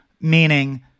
meaning